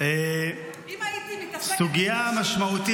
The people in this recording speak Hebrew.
את בקריאה ראשונה.